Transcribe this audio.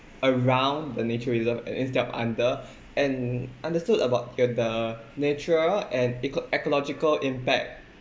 around the nature reserve and instead of under and understood about hear the natural and eco~ ecological impact